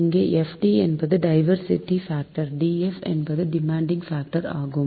இங்கே FD என்பது diversity factor DF என்பது டிமாண்ட் பாக்டர் ஆகும்